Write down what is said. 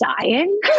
dying